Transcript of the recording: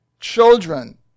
Children